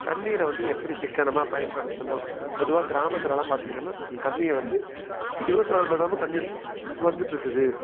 தண்ணீரை வந்து எப்படி சிக்கனமாக பயன்படுத்தணும் பொதுவாக கிராமத்திலல்லாம் பார்த்திங்கன்னா தண்ணியை வந்து இருபத்து நாலு மணி நேரமும் தண்ணி வந்துகிட்டுருக்குது